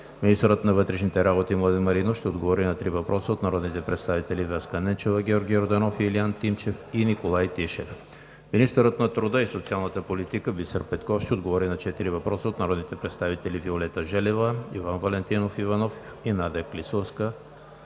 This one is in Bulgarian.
Министърът на вътрешните работи Младен Маринов ще отговори на три въпроса от народните представители Веска Ненчева, Георги Йорданов, Илиан Тимчев и Николай Тишев. 4. Министърът на труда и социалната политика Бисер Петков ще отговори на четири въпроса от народните представители Виолета Желева, Иван Валентинов Иванов, Надя Клисурска